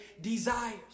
desires